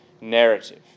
narrative